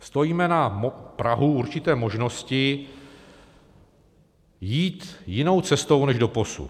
Stojíme na prahu určité možnosti jít jinou cestou než doposud.